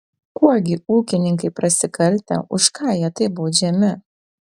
kuo gi ūkininkai prasikaltę už ką jie taip baudžiami